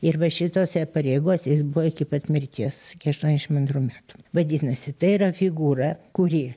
ir va šitose pareigose jis buvo iki pat mirties iki aštuoniasdešim antrų metų vadinasi tai yra figūra kuri